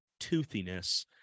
toothiness